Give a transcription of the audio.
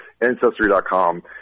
Ancestry.com